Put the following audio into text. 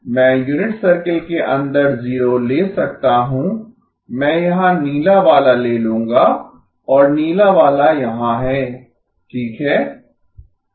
मैं unit circle के अंदर जीरो ले सकता हूँ मैं यहाँ नीला वाला ले लूँगा और नीला वाला यहाँ है ठीक है